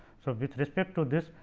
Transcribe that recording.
so, with respect to this,